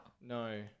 No